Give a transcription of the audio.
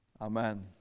Amen